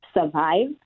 survive